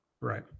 right